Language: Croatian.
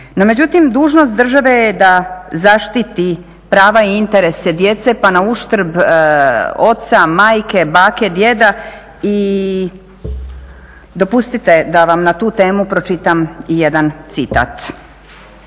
međutim dužnost države je da zaštiti prava i interese djece pa na uštrb oca, majke, bake, djeca i dopustite da vam na tu temu pročitam jedan citat.